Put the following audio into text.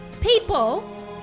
people